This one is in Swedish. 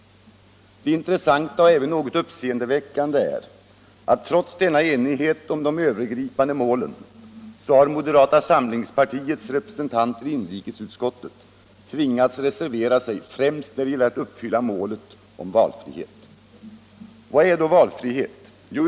Det intressanta och även något uppseendeväckande är att trots denna enighet om de övergripande målen har moderata samlingspartiets representanter i inrikesutskottet tvingats reservera sig, främst när det gäller att uppnå målet om valfriheten. Vad är då valfrihet?